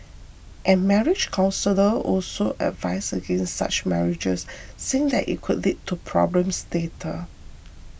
and marriage counsellor also advise against such marriages saying that it could lead to problems later